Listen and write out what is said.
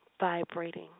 vibrating